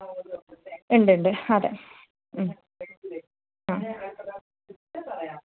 ഉണ്ട് ഉണ്ട് അതെ മ് ആ